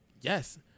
yes